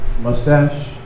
mustache